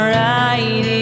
right